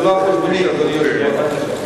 זה שייך לוועדת כנסת.